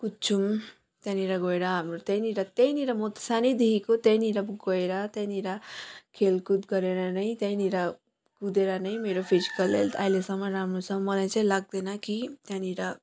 कुद्छौँ त्यहाँनिर गएर हाम्रो त्यहीँनिर त्यहीँनिर म त सानैदेखिको त्यहीँनिर गएर त्यहाँनिर खेलकुद गरेर नै त्यहीँनिर कुदैर नै मेरो फिजिकल हेल्थ अहिलेसम्म राम्रो छ मलाई चाहिँ लाग्दैन कि त्यहाँनिर